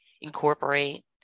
incorporate